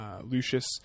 Lucius